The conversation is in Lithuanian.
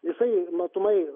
jisai matomai